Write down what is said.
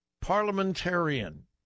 parliamentarian